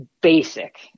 basic